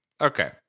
Okay